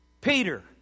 Peter